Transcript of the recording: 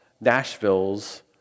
Nashville's